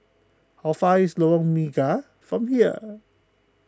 how far away is Lorong Mega from here